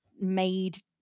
made